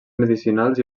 medicinals